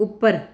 ਉੱਪਰ